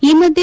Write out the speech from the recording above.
ಈ ಮಧ್ಯೆ